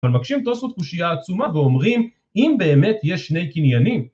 אבל מקשים תוספות קושייה עצומה ואומרים, אם באמת יש שני קניינים